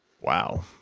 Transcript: Wow